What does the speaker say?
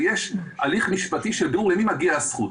ויש הליך משפטי למי מגיעה הזכות.